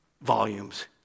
volumes